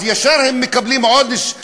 אז ישר הם מקבלים עונש,